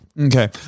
Okay